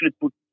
put